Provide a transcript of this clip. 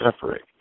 separate